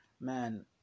man